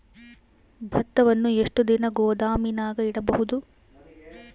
ಭತ್ತವನ್ನು ಎಷ್ಟು ದಿನ ಗೋದಾಮಿನಾಗ ಇಡಬಹುದು?